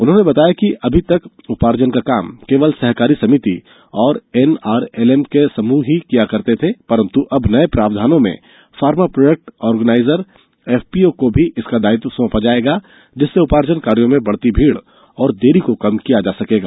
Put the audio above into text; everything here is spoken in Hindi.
उन्होंने बताया कि अभी तक उपार्जन का काम केवल सहकारी समिति और एनआरएलएम के समूह ही किया करते थे परंतु अब नये प्रावधानों में फार्मा प्रोडक्ट आर्गनाइजर एफपीओ को भी इसका दायित्व सौंपा जायेगा जिससे उपार्जन कार्यों में बढ़ती भीड़ और देरी को कम किया जा सकेगा